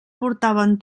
portaven